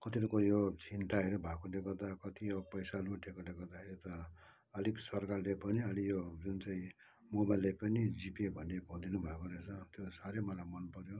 कतिवटा कुरा यो छिनताइहरू भएको देख्दा त कति यो पैसा लुटेकोले गर्दाखेरि त अलिक सरकारले पनि अहिले यो जुन चाहिँ मोबाइलले पनि जिपे भन्ने खोलिदिनु भएको रहेछ त्यो साह्रै मलाई मनपऱ्यो